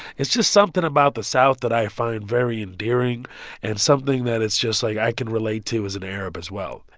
it's just something about the south that i find very endearing and something that it's just, like, i can relate to as an arab as well.